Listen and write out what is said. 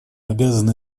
обязаны